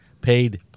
paid